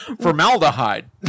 Formaldehyde